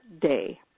day